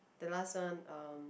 the last one um